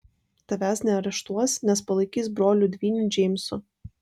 tavęs neareštuos nes palaikys broliu dvyniu džeimsu